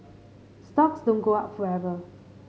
stocks don't go up forever